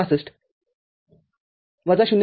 ६५- ०